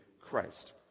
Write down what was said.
Christ